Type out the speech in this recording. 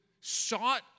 sought